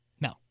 No